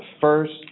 first